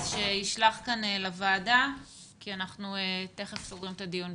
אז שישלח לוועדה כי אנחנו תיכף סוגרים את הדיון.